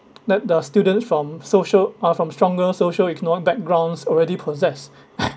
that the students from social uh from stronger social-economic backgrounds already possess